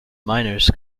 miners